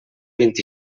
vint